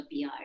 PR